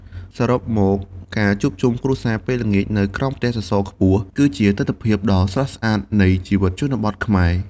សរុបមក ការជួបជុំគ្រួសារពេលល្ងាចនៅក្រោមផ្ទះសសរខ្ពស់ គឺជាទិដ្ឋភាពដ៏ស្រស់ស្អាតនៃជីវិតជនបទខ្មែរ។